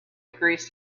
degrees